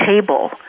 table